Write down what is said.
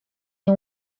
nie